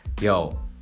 yo